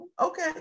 Okay